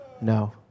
no